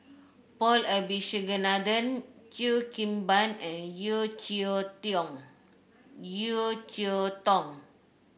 Paul Abisheganaden Cheo Kim Ban and Yeo Cheow Yeo Cheow Tong